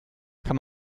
kann